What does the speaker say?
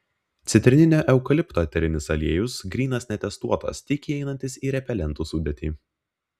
citrininio eukalipto eterinis aliejus grynas netestuotas tik įeinantis į repelentų sudėtį